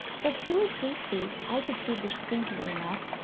for two or three feet i could see distinctly enough.